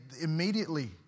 immediately